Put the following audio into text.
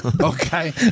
Okay